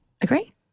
Agree